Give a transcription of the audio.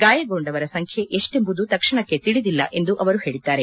ಗಾಯಗೊಂಡವರ ಸಂಖ್ಯೆ ಎಷ್ಟೆಂಬುದು ತಕ್ಷಣಕ್ಕೆ ತಿಳಿದಿಲ್ಲ ಎಂದು ಅವರು ಹೇಳಿದ್ದಾರೆ